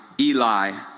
Eli